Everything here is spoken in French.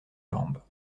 jambes